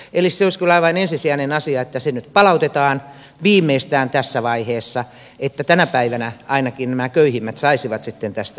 eli se olisi kyllä aivan ensisijainen asia että se nyt palautetaan viimeistään tässä vaiheessa että tänä päivänä ainakin nämä köyhimmät saisivat sitten tästä jotakin